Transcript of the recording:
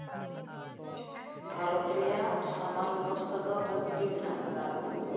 ᱵᱷᱟᱨᱚᱛ ᱨᱮᱭᱟᱜ ᱥᱟᱶᱟᱨ ᱵᱮᱵᱚᱥᱛᱷᱟ ᱫᱚ ᱵᱷᱟᱹᱜᱤ ᱜᱮ ᱢᱮᱱᱟᱜ ᱠᱟᱫᱟ